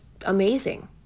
amazing